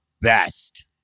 best